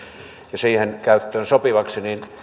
käyttöön sopivaksi ja